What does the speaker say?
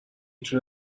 تونه